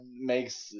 makes